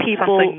people